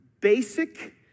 basic